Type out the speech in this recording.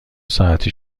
ساعتی